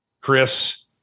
chris